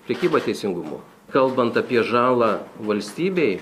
prekyba teisingumu kalbant apie žalą valstybei